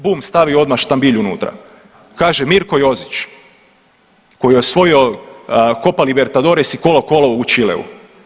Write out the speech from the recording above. Bum stavi odmah štambilj unutra, kaže Mirko Jozić koji je osvojio Copa Libertadores i Colo Colo u Chileu.